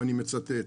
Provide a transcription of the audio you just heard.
ואני מצטט: